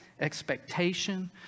expectation